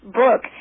book